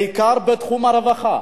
בעיקר בתחום הרווחה,